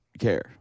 care